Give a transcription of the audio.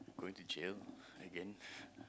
going to jail again